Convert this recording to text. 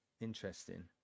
Interesting